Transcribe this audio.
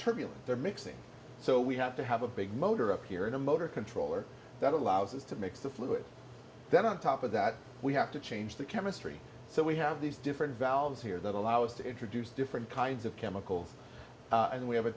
turbulent they're mixing so we have to have a big motor up here in a motor controller that allows us to mix the fluid then on top of that we have to change the chemistry so we have these different valves here that allow us to introduce different kinds of chemicals and we have a